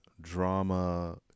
drama